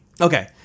Okay